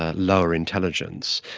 ah lower intelligence.